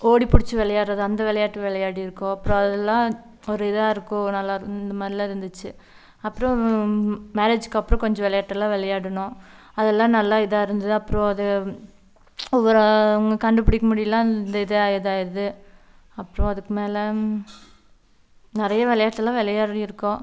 ஓடிப்புடிச்சு விளையாடுறது அந்த விளையாட்டு விளையாடிருக்கோம் அப்புறம் அதெல்லாம் ஒரு இதாக இருக்கும் நல்லா இந்தமாதிரில்லாம் இருந்துச்சு அப்புறம் மேரேஜ்க்கப்புறம் கொஞ்சம் விளையாட்டெல்லாம் விளையாடுனோம் அதெல்லாம் நல்லா இதாக இருந்தது அப்புறம் அது ஒவ்வொரு அவங்க கண்டுபிடிக்க முடியல அந்த இது இதாயிடுது அப்புறோம் அதுக்கு மேலே நிறைய விளையாட்டெல்லாம் விளையாடிருக்கோம்